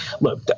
look